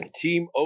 Team